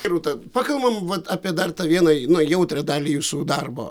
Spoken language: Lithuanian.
rūta pakalbam apie dar vieną na jautrią dalį jūsų darbo